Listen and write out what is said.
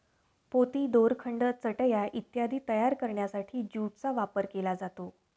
पोती, दोरखंड, चटया इत्यादी तयार करण्यासाठी ज्यूटचा वापर केला जातो